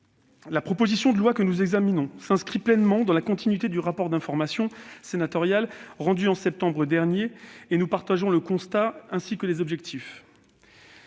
La proposition de loi que nous examinons s'inscrit pleinement dans la continuité du rapport d'information sénatorial rendu en septembre dernier ; nous en partageons le constat, ainsi que les objectifs.